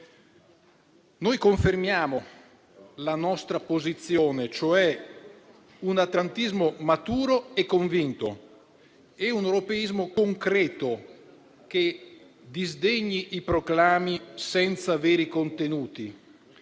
Noi confermiamo la nostra posizione, cioè un atlantismo maturo e convinto e un europeismo concreto che disdegni i proclami senza avere i contenuti.